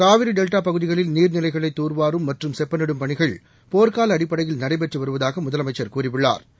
Kaveri delta பகுதிகளில் நீர்நிலைகளை தூர்வாரும் மற்றும் செப்பனிடும் பணிகள் போர்க்கால அடிப்படையில் நடைபெற்று வருவதாக முதலமைச்சா் கூறியுள்ளாா்